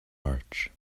march